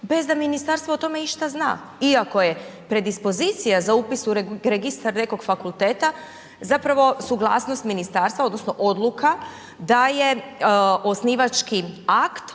bez da ministarstvo o tome išta zna. Iako je predispozicija za upis u registar nekog fakulteta zapravo suglasnost ministarstva odnosno odluka da je osnivački akt